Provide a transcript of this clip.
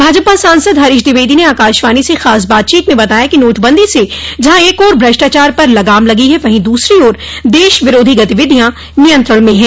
भाजपा सांसद हरीश द्विवेदी ने आकाशवाणी से खास बातचीत में बताया कि नोटबंदी से जहां एक ओर भ्रष्टाचार पर लगाम लगी है वहीं दूसरी ओर देश विरोधी गतिविधियां नियंत्रित में हैं